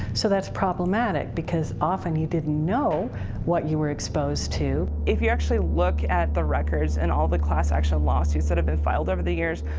so that's problematic because often, you didn't know what you were exposed to. if you actually look at the records and all the class action lawsuits that have been filed over the years,